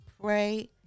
pray